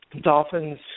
Dolphins